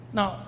Now